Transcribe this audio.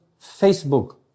Facebook